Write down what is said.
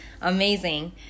amazing